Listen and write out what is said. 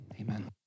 amen